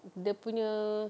dia punya